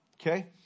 Okay